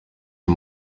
uyu